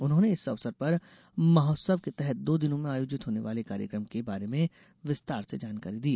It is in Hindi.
उन्होंने इस अवसर पर महोत्सव के तहत दो दिनों में आयोजित होने वाले कार्यक्रम के बारे में विस्तार से जानकारी दी